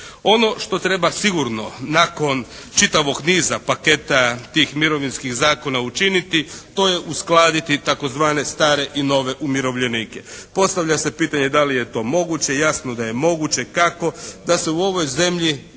Ono što treba sigurno nakon čitavog niza paketa tih mirovinskih zakona učiniti to je uskladiti tzv. stare i nove umirovljenike. Postavlja se pitanje da li je to moguće? Jasno da je moguće. Kako? Da se u ovoj zemlji